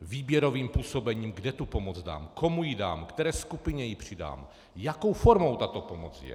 Výběrovým působením, kde tu pomoc dám, komu ji dám, které skupině ji přidám, jakou formou tato pomoc je.